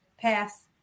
Pass